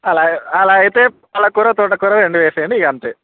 అలా అలా అయితే పాలకూర తోటకూర రెండూ వేసేయండి ఇక అంతే